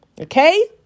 okay